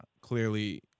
clearly